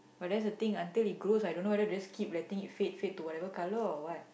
but that's a thing until it grows I don't know whether to just keep the thing it fade fade to whatever colour or what